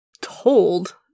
told